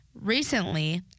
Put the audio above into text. recently